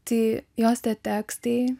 tai jos tie tekstai